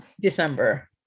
December